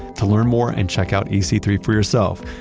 to learn more and check out e c three for yourself,